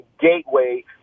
gateway